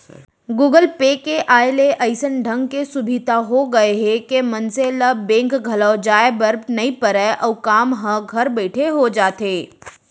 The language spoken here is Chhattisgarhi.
गुगल पे के आय ले अइसन ढंग के सुभीता हो गए हे के मनसे ल बेंक घलौ जाए बर नइ परय अउ काम ह घर बइठे हो जाथे